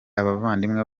abavandimwe